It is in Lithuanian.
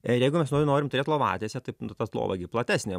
ir jeigu mes norim turėt lovatiesę taip nu ta lova gi platesnė